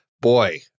boy